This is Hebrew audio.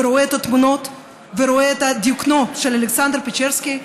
הוא רואה את התמונות ורואה את הדיוקנאות של אלכסנדר פצ'רסקי,